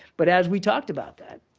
but as we talked about that,